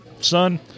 Son